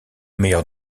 meilleur